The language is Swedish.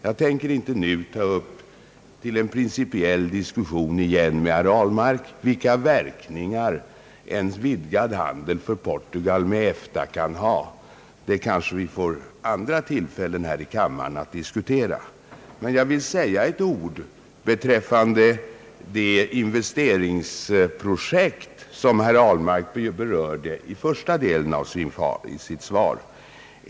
Jag tänker inte nu igen ta upp en principiell diskussion med herr Ahlmark om vilka verkningar en vidgad handel för Portugal med EFTA kan ha. Det kanske vi får andra tillfällen till att diskutera här i kammaren. Jag vill dock säga några ord beträffande det investeringsobjekt, som herr Ahlmark berörde i första delen av sitt anförande.